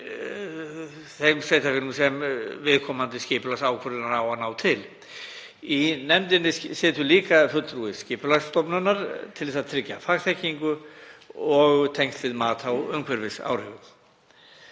þeim sveitarfélögum sem viðkomandi skipulagsákvörðun á að ná til. Í nefndinni situr líka fulltrúi Skipulagsstofnunar til að tryggja fagþekkingu og tengsl við mat á umhverfisáhrifum.